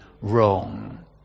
wrong